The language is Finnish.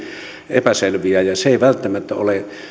epäselviä ja se ei välttämättä ole